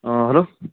hello